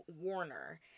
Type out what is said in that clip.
Warner